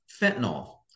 fentanyl